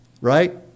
Right